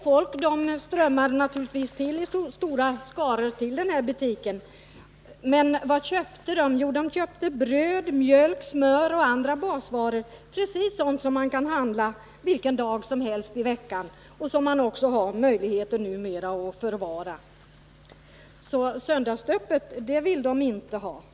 Folk strömmade naturligtvis köpte bröd, mjölk, smör och andra basvaror som man lika gärna kan handla stora skaror till den här butiken. Men vad köpte man? Jo, man precis vilken dag som helst i veckan och som man numera har möjligheter att förvara. Så söndagsöppet vill man inte ha i Norge.